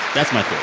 that's my theory.